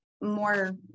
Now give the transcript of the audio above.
more